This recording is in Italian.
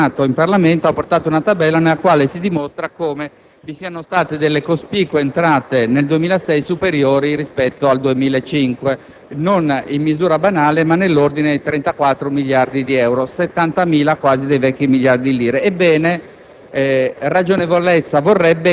delle finanze, l'altro giorno, ha portato in Parlamento una tabella nella quale si dimostra come vi siano state delle cospicue entrate nel 2006, superiori, rispetto a quelle del 2005, non in misura banale ma nell'ordine di 34 miliardi di euro, quasi 70.000 dei vecchi miliardi di lire.